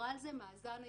מאזן ההסתברויות.